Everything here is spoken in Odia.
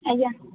ଆଜ୍ଞା